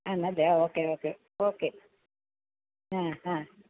എന്നല്ലേ ആ okay okay okay ആ ആ